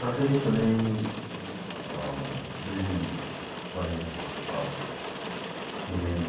कसैले कुनै बिल्डिङ बनाइरहेको छ भने सिमेन्ट